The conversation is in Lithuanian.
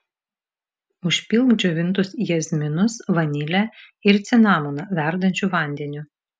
užpilk džiovintus jazminus vanilę ir cinamoną verdančiu vandeniu